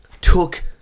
took